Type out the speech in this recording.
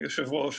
היושב ראש,